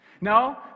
No